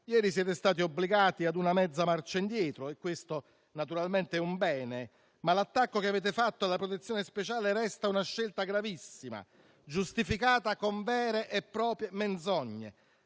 Ieri siete stati obbligati a una mezza marcia indietro, e questo naturalmente è un bene, ma l'attacco che avete fatto alla protezione speciale resta una scelta gravissima, giustificata con vere e proprie menzogne.